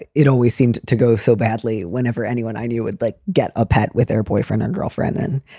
it it always seemed to go so badly whenever anyone i knew would like get upset with their boyfriend and girlfriend. and